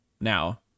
now